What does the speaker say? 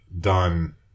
done